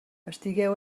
estigueu